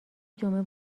جمعه